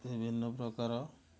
ବିଭିନ୍ନ ପ୍ରକାର